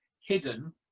hidden